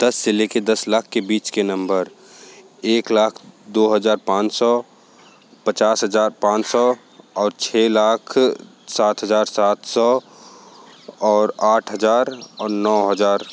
दस से लेके दस लाख के बीच के नंबर एक लाख दो हजार पाँच सौ पचास हजार पाँच सौ और छः लाख सात हजार सात सौ और आठ हजार और नौ हजार